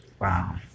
Wow